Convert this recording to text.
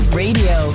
radio